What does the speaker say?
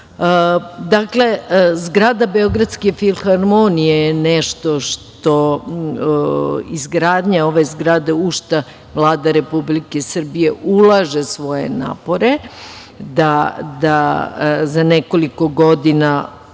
namera. Dakle, zgrada Beogradske filharmonije je nešto što, izgradnja ove zgrade, u šta Vlada Republike Srbije ulaže svoje napore da za nekoliko godina